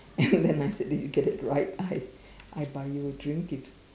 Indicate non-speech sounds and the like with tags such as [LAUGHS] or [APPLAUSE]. and then [LAUGHS] I said that you get that right I I buy you a drink if